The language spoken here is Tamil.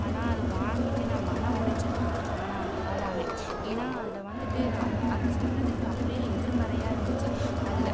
ஆனால் அதை வாங்கிட்டு நான் மன உளைச்சலுக்கு தான் ஆனால் ஆளான ஏன்னால் அதில் வந்துட்டு அது சொன்னதுக்கு அப்படியே எதிர் மறையாக இருந்து அதில்